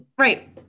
Right